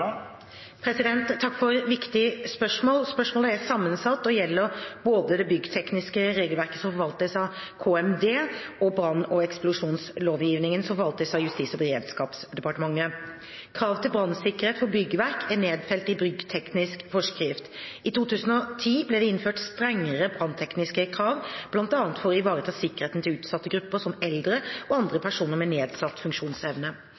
Takk for et viktig spørsmål. Spørsmålet er sammensatt og gjelder både det byggtekniske regelverket, som forvaltes av Kommunal- og moderniseringsdepartementet, og brann- og eksplosjonsvernlovgivningen, som forvaltes av Justis- og beredskapsdepartementet. Krav til brannsikkerhet for byggverk er nedfelt i byggteknisk forskrift. I 2010 ble det innført strengere branntekniske krav, bl.a. for å ivareta sikkerheten til utsatte grupper som eldre og andre personer med nedsatt funksjonsevne.